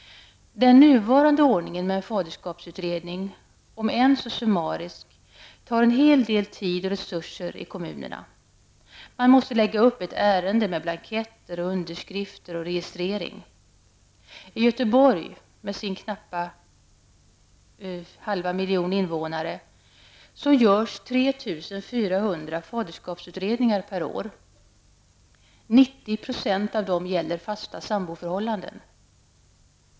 Den nuvarande ordningen med en faderskapsutredning, om än så summarisk, tar en hel del tid och resurser i kommunerna. Man måste lägga upp ett ärende med blanketter, underskrifter och registrering. I Göteborg, med sin knappa halva miljon innevånare, görs 3 400 faderskapsutredningar per år. 90 % av dem gäller fasta samboförhållanden.